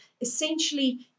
essentially